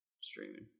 streaming